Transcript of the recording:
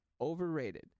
overrated